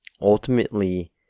ultimately